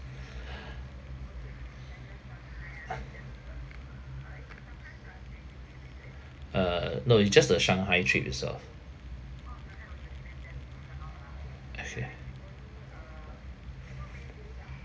uh uh no it just the shanghai trip itself